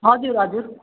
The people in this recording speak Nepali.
हजुर हजुर